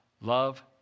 Love